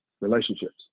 relationships